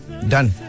done